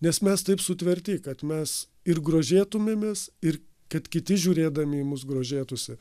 nes mes taip sutverti kad mes ir grožėtumėmės ir kad kiti žiūrėdami į mus grožėtųsi